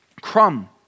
crumb